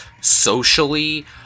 socially